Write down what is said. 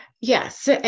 Yes